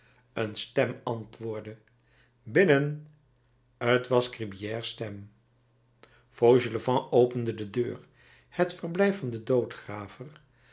een stem antwoordde binnen t was gribier's stem fauchelevent opende de deur het verblijf van den